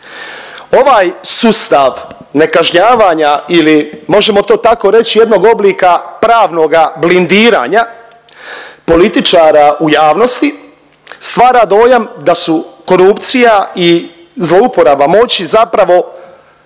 Ovaj sustav nekažnjavanja ili možemo to tako reći jednog oblika pravnoga blindiranja političara u javnosti stvara dojam da su korupcija i zlouporaba moći zapravo